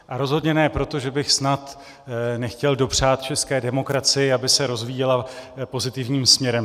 A rozhodně ne proto, že bych snad nechtěl dopřát české demokracii, aby se rozvíjela pozitivním směrem.